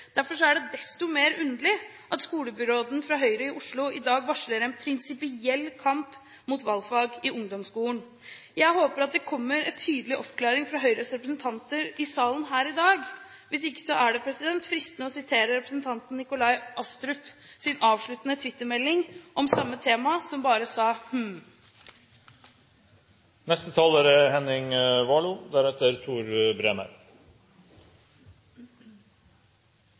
Derfor er det desto mer underlig at skolebyråden fra Høyre i Oslo i dag varsler en prinsipiell kamp mot valgfag i ungdomsskolen. Jeg håper at det kommer en tydelig oppklaring fra Høyres representanter i salen her i dag. Hvis ikke er det fristende å sitere representanten Nikolai Astrup. I sin avsluttende twittermelding om samme tema sa han bare